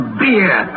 beer